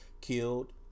killed